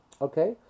Okay